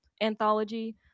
anthology